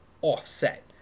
offset